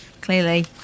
Clearly